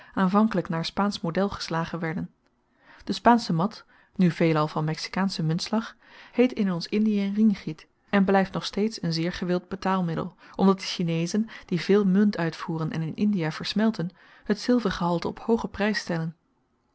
aanvankelyk naar spaansch model geslagen werden de spaansche mat nu veelal van mexikaanschen muntslag heet in ons indie ringgit en blyft nog steeds n zeer gewild betaalmiddel omdat de chinezen die veel munt uitvoeren en in china versmelten het zilvergehalte op hoogen prys stellen